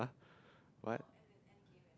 what